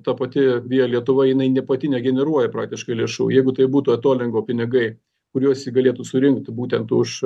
ta pati via lietuva jinai ne pati negeneruoja praktiškai lėšų jeigu tai būtų atolingo pinigai kuriuos ji galėtų surinkt būtent už